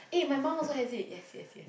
eh my mum also has it yes yes yes